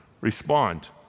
Respond